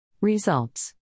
Results